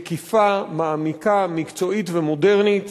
מקיפה, מעמיקה, מקצועית ומודרנית.